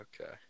Okay